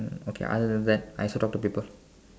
mm okay other than that I also talk to people